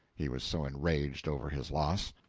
he was so enraged over his loss.